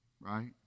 Right